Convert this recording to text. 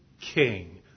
king